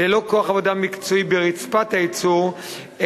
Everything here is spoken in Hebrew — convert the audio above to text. ללא כוח עבודה מקצועי ברצפת הייצור,